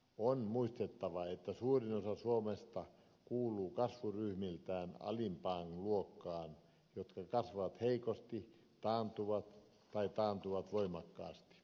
on muistettava että suurin osa suomesta kuuluu kasvuryhmältään alimpaan luokkaan joka kasvaa heikosti taantuu tai taantuu voimakkaasti